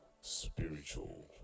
Spiritual